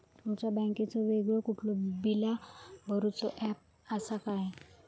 तुमच्या बँकेचो वेगळो कुठलो बिला भरूचो ऍप असा काय?